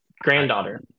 granddaughter